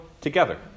together